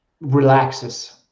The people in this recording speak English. relaxes